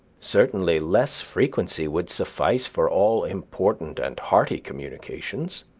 certainly less frequency would suffice for all important and hearty communications.